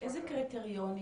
איזה קריטריונים?